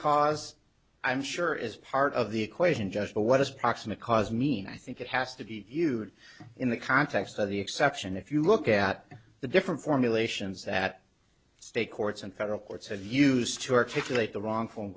cause i'm sure is part of the equation just what does proximate cause mean i think it has to be viewed in the context of the exception if you look at the different formulations that state courts and federal courts have used to articulate the wrong